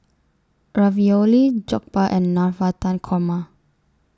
Ravioli Jokbal and Navratan Korma